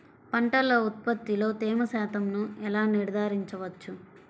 పంటల ఉత్పత్తిలో తేమ శాతంను ఎలా నిర్ధారించవచ్చు?